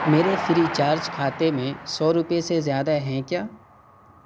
میرے Freecharge کھاتے میں سو روپے سے زیادہ ہیں کیا